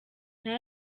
nta